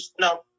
no